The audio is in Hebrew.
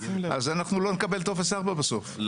אז אנחנו לא נקבל טופס 4 בסוף,